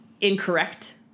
incorrect